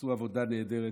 הם עשו עבודה נהדרת.